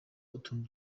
utuntu